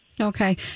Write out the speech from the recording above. Okay